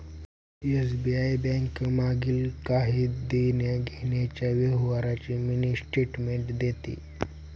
SBI bank मागील काही देण्याघेण्याच्या व्यवहारांची मिनी स्टेटमेंट देते